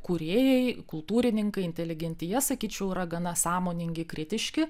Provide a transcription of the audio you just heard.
kūrėjai kultūrininkai inteligentija sakyčiau yra gana sąmoningi kritiški